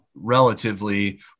relatively